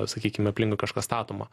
sakykime aplinkui kažkas statoma